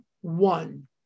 one